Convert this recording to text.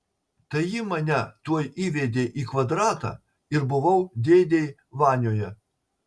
tai ji mane tuoj įvedė į kvadratą ir buvau dėdėj vanioje